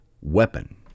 weapon